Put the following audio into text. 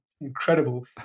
incredible